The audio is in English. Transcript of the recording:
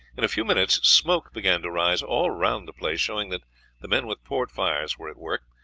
in a few minutes smoke began to rise all round the place, showing that the men with port fires were at work,